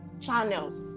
channels